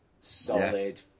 Solid